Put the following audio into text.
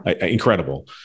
incredible